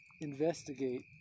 investigate